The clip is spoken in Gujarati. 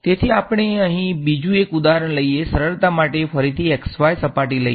તેથી આપણે અહીં બીજું એક ઉદાહરણ લઈ શકીએ સરળતા માટે ફરીથી x y સપાટી લઈએ